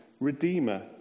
Redeemer